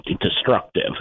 destructive